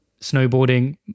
snowboarding